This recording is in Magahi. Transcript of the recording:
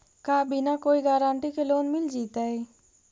का बिना कोई गारंटी के लोन मिल जीईतै?